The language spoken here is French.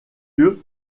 lieu